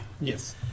Yes